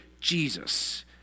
Jesus